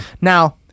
Now